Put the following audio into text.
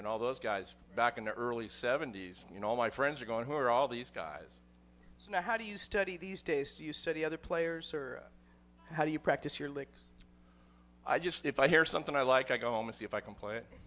and all those guys back in the early seventy's you know all my friends are gone who are all these guys so how do you study these days do you study other players or how do you practice your licks i just if i hear something i like i go home and see if i can play it